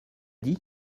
dit